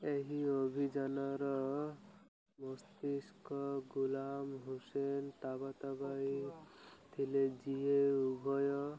ଏହି ଅଭିଯାନର ମସ୍ତିଷ୍କ ଗୁଲାମ ହୁସେନ ତାବାତାବାଇ ଥିଲେ ଯିଏ ଉଭୟ